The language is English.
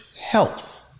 health